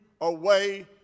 away